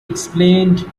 explained